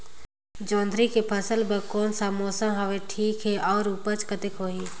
जोंदरी के फसल बर कोन सा मौसम हवे ठीक हे अउर ऊपज कतेक होही?